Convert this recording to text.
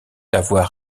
avoir